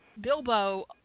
Bilbo